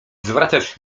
zwracać